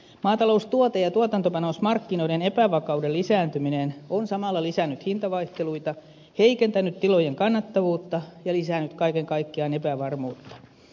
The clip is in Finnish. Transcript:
maataloustuote ja tuotantopanosmarkkinoiden epävakauden lisääntyminen on samalla lisännyt hintavaihteluita heikentänyt tilojen kannattavuutta ja lisännyt kaiken kaikkiaan epävarmuutta